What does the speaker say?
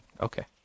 Okay